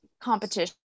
competition